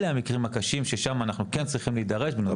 אלו המקרים הקשים בהם אנחנו נדרשים להתערב.